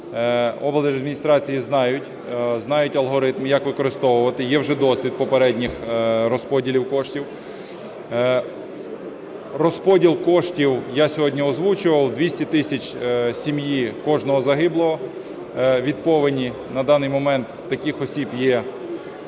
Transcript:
Облдержадміністрації знають, знають алгоритм, як використовувати, є вже досвід попередніх розподілів коштів. Розподіл коштів, я сьогодні озвучував, 200 тисяч сім'ї кожного загиблого від повені, на даний момент таких осіб є